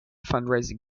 fundraising